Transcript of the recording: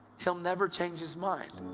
he'll never change his mind.